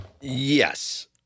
Yes